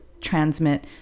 transmit